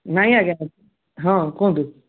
ନାଇଁ ଆଜ୍ଞା ହଁ କୁହନ୍ତୁ